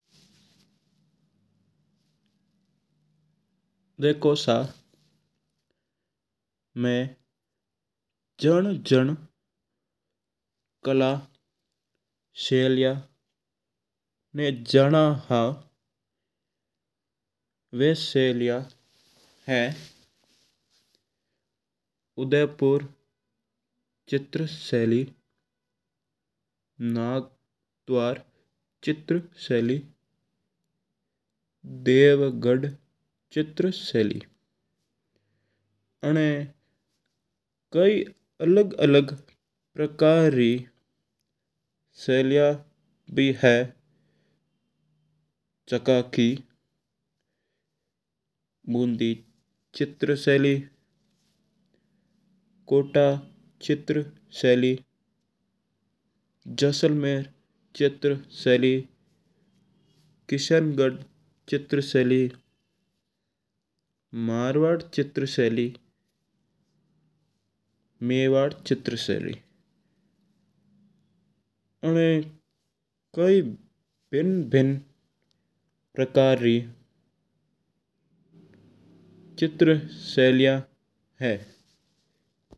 देखो सा हुकम में जिन-जिन कलाशैली ना जाना हा वा सालिया है। उदयपुर चित्रशैली। नाथद्वारा चित्रशैली। देवघर चित्रशैली। अणमा कई अलग-अलग प्रकार री शैलियाँ भी है जक्का की बूंदी चित्रशैली। कोटा चित्रशैली। जैसलमेर चित्रशैली। किशनगढ़ चित्रशैली। मारवाड़ चित्रशैली। मेवाड़ चित्रशैली। आवा कई भिन्न-भिन्न प्रकार की चित्रशैलीयां है।